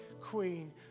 queen